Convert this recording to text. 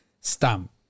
stamp